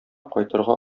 кайтырга